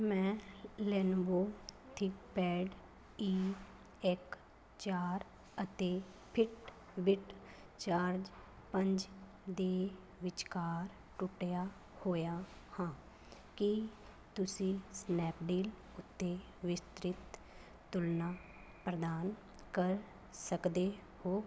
ਮੈਂ Lenovo ThinkPad E ਇੱਕ ਚਾਰ ਅਤੇ ਫਿਟਬਿਟ ਚਾਰਜ ਪੰਜ ਦੇ ਵਿਚਕਾਰ ਟੁੱਟਿਆ ਹੋਇਆ ਹਾਂ ਕੀ ਤੁਸੀਂ ਸਨੈਪਡੀਲ ਉੱਤੇ ਵਿਸਤ੍ਰਿਤ ਤੁਲਨਾ ਪ੍ਰਦਾਨ ਕਰ ਸਕਦੇ ਹੋ